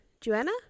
Joanna